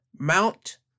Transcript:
Mount